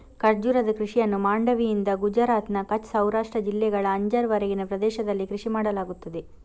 ಖರ್ಜೂರದ ಕೃಷಿಯನ್ನು ಮಾಂಡವಿಯಿಂದ ಗುಜರಾತ್ನ ಕಚ್ ಸೌರಾಷ್ಟ್ರ ಜಿಲ್ಲೆಗಳ ಅಂಜಾರ್ ವರೆಗಿನ ಪ್ರದೇಶದಲ್ಲಿ ಕೃಷಿ ಮಾಡಲಾಗುತ್ತದೆ